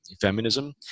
feminism